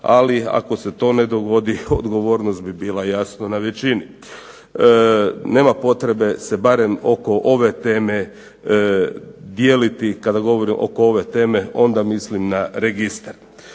ali ako se to ne dogodi odgovornost bi bila, jasno, na većini. Nema potrebe se barem oko ove teme dijeliti. Kada govorim oko ove teme onda mislim na registar.